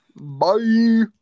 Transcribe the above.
Bye